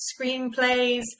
screenplays